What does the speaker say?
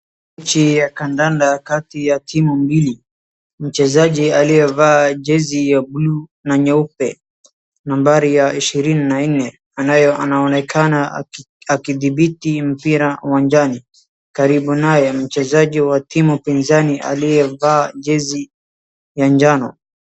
Mechi ya kandanda kati ya timu mbili, mchezaji aliyevaa jezi ya blue na nyeupe, nambari ya ishirini na nne anayoonekana akidhibiti mpira uwanjani, karibu naye mchezaji wa timu oinzani aliyevaa jezi ya njano.